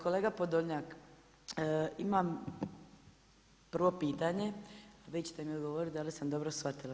Kolega Podolnjak, imam prvo pitanje, vi ćete mi odgovoriti da li sam dobro shvatila.